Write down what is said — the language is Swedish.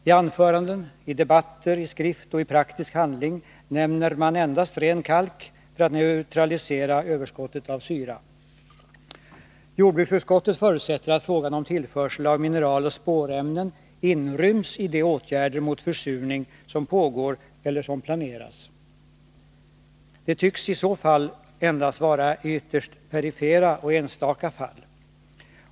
I anföranden, i debatter, i skrift och i praktisk handling nämner man endast ren kalk för att neutralisera överskottet av syra. Jordbruksutskottet förutsätter att frågan om tillförsel av mineraloch spårämnen inryms i de åtgärder mot försurning som pågår eller planeras. Det tycks i så fall endast vara i ytterst perifera och enstaka fall.